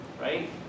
right